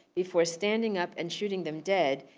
before standing up and shooting them dead,